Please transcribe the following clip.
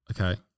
Okay